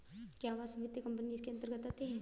क्या आवास वित्त कंपनी इसके अन्तर्गत आती है?